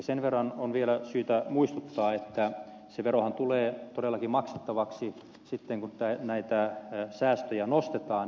sen verran on vielä syytä muistuttaa että se verohan tulee todellakin maksettavaksi sitten kun näitä säästöjä nostetaan